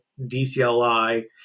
DCLI